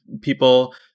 people